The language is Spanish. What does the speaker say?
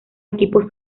equipos